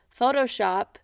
photoshop